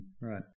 Right